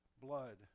Blood